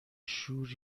شور